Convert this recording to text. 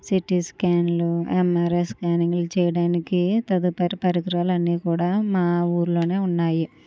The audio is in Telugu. సిటీ స్కాన్లు ఎమ్ఆర్ఐ స్కానింగ్లు చేయడానికి తదుపరి పరికరాలు అన్నీ కూడా మా ఊర్లోనే ఉన్నాయి